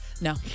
No